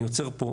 אני עוצר פה.